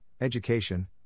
education